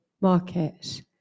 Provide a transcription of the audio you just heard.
market